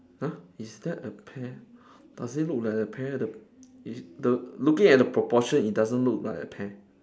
!huh! is there a pear does it look like a pear the is the looking at the proportion it doesn't look like a pear